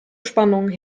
spannungen